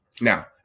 Now